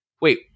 wait